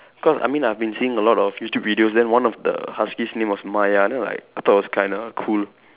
cause I mean I have been seeing a lot of YouTube videos then one of the husky's name was Maya then I was like I thought was kind of cool